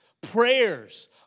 prayers